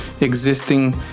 Existing